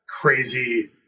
crazy